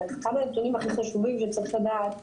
אבל אחד הנתונים הכי חשובים שצריך לדעת הוא